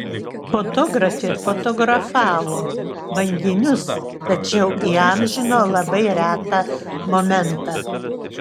fotografė fotografavo banginius tačiau įamžino labai retą momentą